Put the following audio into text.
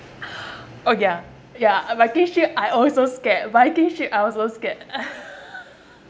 oh yeah yeah viking ship I also scared viking ship I also scared